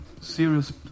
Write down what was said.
serious